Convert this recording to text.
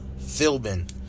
Philbin